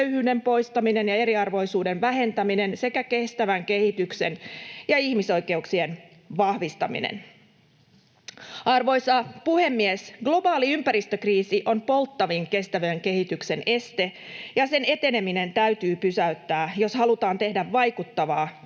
köyhyyden poistaminen ja eriarvoisuuden vähentäminen sekä kestävän kehityksen ja ihmisoikeuksien vahvistaminen. Arvoisa puhemies! Globaali ympäristökriisi on polttavin kestävän kehityksen este, ja sen eteneminen täytyy pysäyttää, jos halutaan tehdä vaikuttavaa